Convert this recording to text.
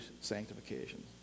sanctification